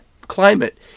Climate